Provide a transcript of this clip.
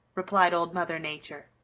replied old mother nature.